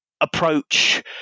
approach